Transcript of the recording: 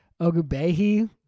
Ogubehi